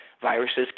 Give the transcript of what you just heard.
viruses